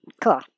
cool